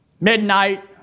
midnight